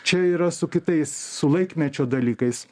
čia yra su kitais su laikmečio dalykais